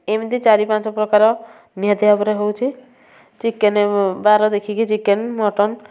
ଏମିତି ଚାରି ପାଞ୍ଚ ପ୍ରକାର ନିହାତି ଭାବରେ ହେଉଛି ଚିକେନ୍ ବାର ଦେଖିକି ଚିକେନ୍ ମଟନ୍